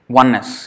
oneness